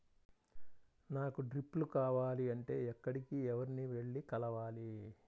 నాకు డ్రిప్లు కావాలి అంటే ఎక్కడికి, ఎవరిని వెళ్లి కలవాలి?